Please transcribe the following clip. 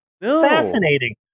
Fascinating